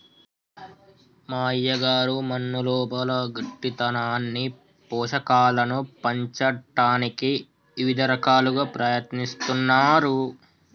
మా అయ్యగారు మన్నులోపల గట్టితనాన్ని పోషకాలను పంచటానికి ఇవిద రకాలుగా ప్రయత్నిస్తున్నారు